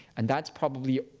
and that's probably